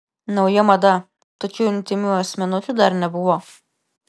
nauja mada tokių intymių asmenukių dar nebuvo